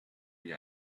wie